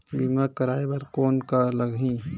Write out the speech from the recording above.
बीमा कराय बर कौन का लगही?